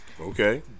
Okay